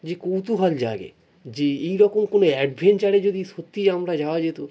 যে কৌতূহল জাগে যে এইরকম কোনও অ্যাডভেঞ্চারে যদি সত্যিই আমরা যাওয়া যেতো